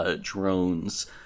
drones